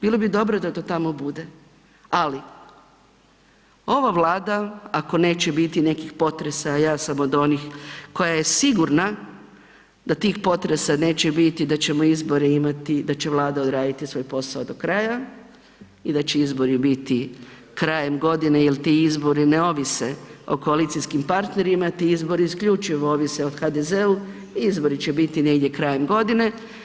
Bilo bi dobro da to tamo bude ali ova Vlada ako neće biti nekih potreba a ja sam od onih koja je sigurna da tih potreba neće biti i da ćemo izbore imati, da će Vlada odraditi svoj posao do kraja i da će izbori biti krajem godine jer ti izbori ne ovise o koalicijskim partnerima, ti izbori isključivo ovise o HDZ-u, izbori će biti negdje krajem godine.